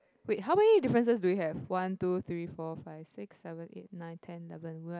wait how many differences do we have one two three four five six seven eight nine ten eleven